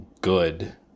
good